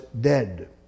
dead